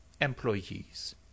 employees